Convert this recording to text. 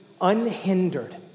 unhindered